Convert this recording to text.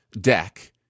deck